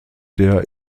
der